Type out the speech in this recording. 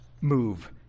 move